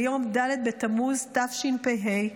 ליום ד' בתמוז התשפ"ה,